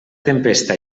tempesta